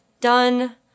done